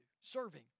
Serving